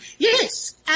Yes